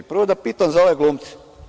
Prvo da pitam za ove glumce.